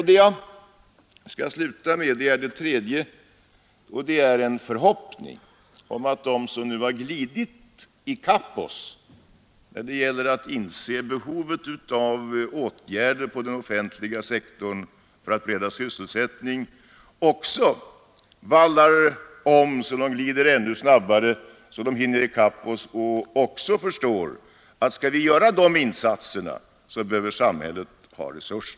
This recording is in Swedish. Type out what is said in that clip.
politiska åtgärder Det tredje och sista som jag vill framhålla är en förhoppning om att de, som nu nästan har glidit i kapp oss när det gäller att inse behovet av åtgärder på den offentliga sektorn för att bereda sysselsättning, också vallar om så att de glider ännu snabbare och hinner i kapp oss även i det avseendet att de förstår att om vi skall klara dessa insatser behöver samhället ökade resurser.